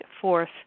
fourth